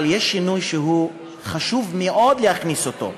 אבל יש שינוי שחשוב מאוד להכניס אותו,